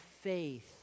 faith